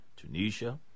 Tunisia